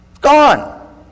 Gone